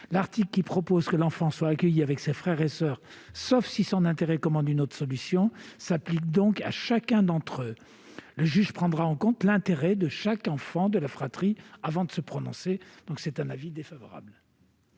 L'article, qui prévoit que l'enfant est accueilli avec ses frères et soeurs sauf si son intérêt commande une autre solution, s'applique donc à chacun d'entre eux. Le juge prendra en compte l'intérêt de chaque enfant de la fratrie avant de se prononcer. La commission émet donc un avis défavorable